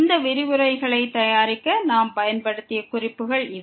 இந்த விரிவுரைகளை தயாரிக்க நாம் பயன்படுத்திய குறிப்புகள் இவை